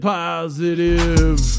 positive